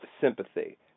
sympathy